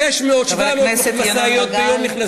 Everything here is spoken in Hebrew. כוסברה, 600 700 משאיות ביום נכנסות.